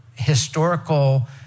historical